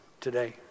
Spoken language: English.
today